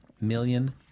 million